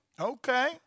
Okay